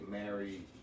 married